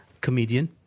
comedian